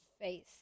face